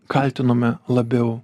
kaltinome labiau